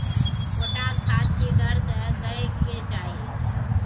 Potash खाद की दर से दै के चाही?